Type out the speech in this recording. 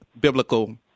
biblical